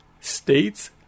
states